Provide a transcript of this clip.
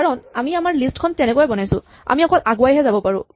কাৰণ আমি আমাৰ লিষ্ট খন তেনেকৈয়ে বনাইছো আমি অকল আগুৱাই হে যাব পাৰোঁ